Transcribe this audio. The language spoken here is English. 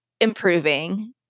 improving